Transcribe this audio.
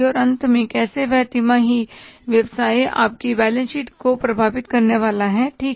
और अंत में कैसे वह तिमाही व्यवसाय आपकी बैलेंस शीट को प्रभावित करने वाला है ठीक है